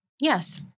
Yes